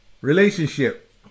relationship